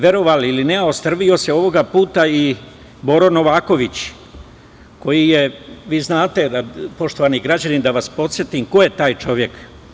Verovali ili ne, ostrvio se ovoga puta i Boro Novaković, koji je, vi znate, poštovani građani, da vas podsetim ko je taj čovek.